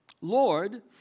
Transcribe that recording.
Lord